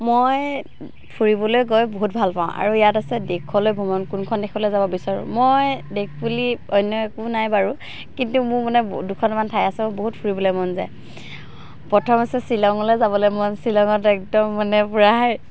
মই ফুৰিবলৈ গৈ বহুত ভাল পাওঁ আৰু ইয়াত আছে দেশলৈ ভ্ৰমণ কোনখন দেশলৈ যাব বিচাৰোঁ মই দেশ বুলি অন্য একো নাই বাৰু কিন্তু মোৰ মানে দুখনমান ঠাই আছে বহুত ফুৰিবলৈ মন যায় প্ৰথম আছে শ্বিলঙলৈ যাবলৈ মন শ্বিলঙত একদম মানে পূৰা